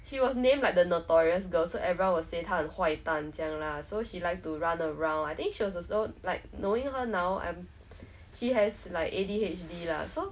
she was named like the notorious girl so everyone will say 他很坏蛋这样 lah so she liked to run around I think she was also like knowing her now and she has like A_D_H_D lah so